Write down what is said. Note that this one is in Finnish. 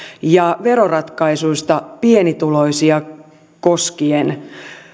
ja veroratkaisuista pienituloisia koskien